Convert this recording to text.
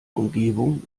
umgebung